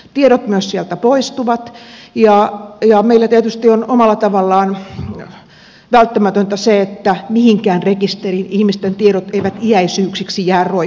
tiedot myös sieltä poistuvat ja meillä tietysti on omalla tavallaan välttämätöntä se että mihinkään rekisteriin ihmisten tiedot eivät iäisyyksiksi jää roikkumaan